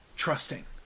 trusting